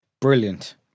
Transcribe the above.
brilliant